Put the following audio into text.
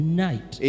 night